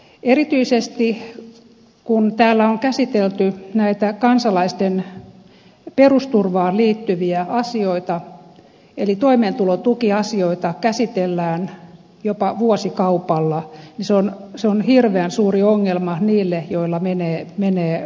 erityisesti kun täällä on käsitelty näitä kansalaisten perusturvaan liittyviä asioita eli toimeentulotukiasioita joita käsitellään jopa vuosikaupalla niin se on hirveän suuri ongelma niille joilla menee huonosti